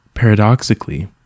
Paradoxically